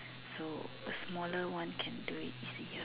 so a smaller one can do it it's easier